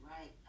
Right